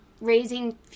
raising